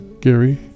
Gary